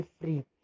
free